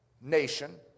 nation